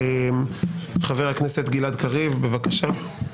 חבר הכנסת גלעד קריב, בבקשה.